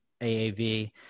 AAV